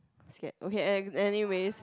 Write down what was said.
scared okay an~ anyways